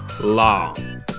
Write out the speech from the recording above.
long